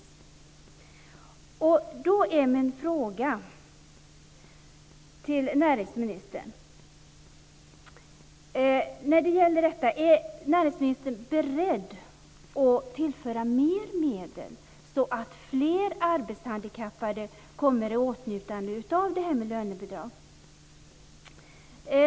Min fråga till näringsministern när det gäller detta är: Är näringsministern beredd att tillföra mera medel, så att fler arbetshandikappade kommer i åtnjutande av lönebidrag?